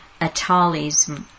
Atali's